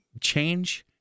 change